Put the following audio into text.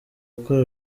gukora